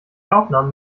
aufnahmen